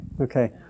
Okay